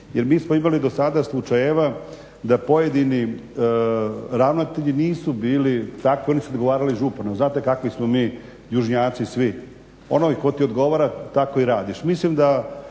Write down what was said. jer mi smo imali do sada slučajeva da pojedini ravnatelji nisu bili tako, nisu odgovarali županu, znate kakvi smo mi južnjaci svi, onaj tko ti odgovara, tako i radiš.